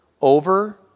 over